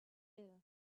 ill